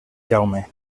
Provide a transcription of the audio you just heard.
jaume